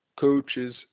coaches